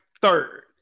third